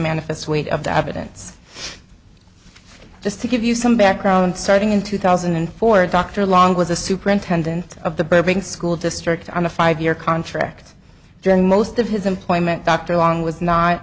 manifest weight of the evidence just to give you some background starting in two thousand and four dr long was a superintendent of the big school district on a five year contract during most of his employment dr long was not